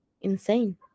insane